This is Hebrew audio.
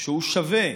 שהוא שווה,